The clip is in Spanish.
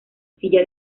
silla